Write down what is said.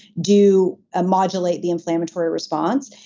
do amalgamate the inflammatory response.